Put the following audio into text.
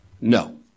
No